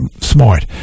smart